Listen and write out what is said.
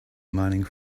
mining